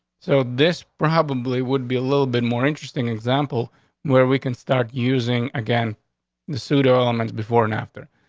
so this probably would be a little bit more interesting example where we can start using again the pseudo elements before and after.